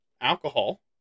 alcohol